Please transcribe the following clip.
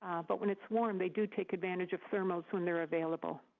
but when it's warm they do take advantage of thermals when they're available.